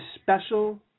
special